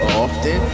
often